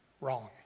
Wrong